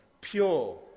pure